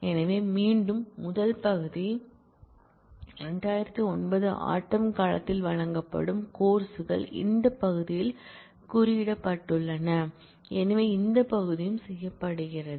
எனவே மீண்டும் முதல் பகுதி 2009 ஆட்டம் காலத்தில்வழங்கப்படும் கோர்ஸ் கள் இந்த பகுதியில் குறியிடப்பட்டுள்ளன எனவே இந்த பகுதியும் செய்யப்படுகிறது